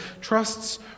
trusts